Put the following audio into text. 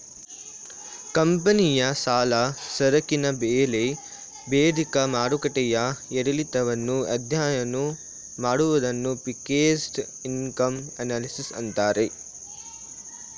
ಕಂಪನಿಯ ಸಾಲ, ಸರಕಿನ ಬೆಲೆ ಬೇಡಿಕೆ ಮಾರುಕಟ್ಟೆಯ ಏರಿಳಿತವನ್ನು ಅಧ್ಯಯನ ಮಾಡುವುದನ್ನು ಫಿಕ್ಸೆಡ್ ಇನ್ಕಮ್ ಅನಲಿಸಿಸ್ ಅಂತಾರೆ